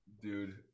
Dude